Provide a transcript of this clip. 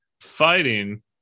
fighting